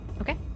Okay